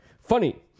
funny